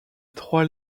trois